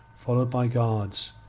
followed by guards,